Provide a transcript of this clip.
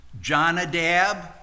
Jonadab